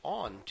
on